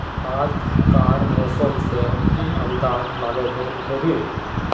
आज कार मौसम से की अंदाज लागोहो होबे?